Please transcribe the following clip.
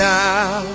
now